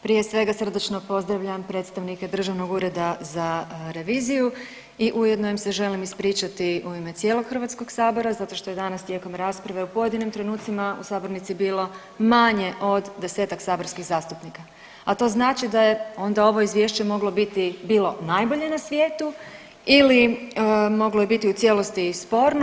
Prije svega srdačno pozdravljam predstavnike Državnog ureda za reviziju i ujedno im se želim ispričati u ime cijelog Hrvatskog sabora zato što je danas tijekom rasprave u pojedinim trenucima u sabornici bilo manje od 10-tak saborskih zastupnika, a to znači da je onda ovo izvješće moglo biti bilo najbolje na svijetu ili moglo je biti u cijelosti sporno.